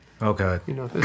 Okay